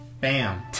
Bam